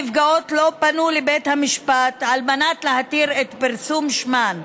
נפגעות לא פנו לבית המשפט על מנת להתיר את פרסום שמן.